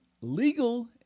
legal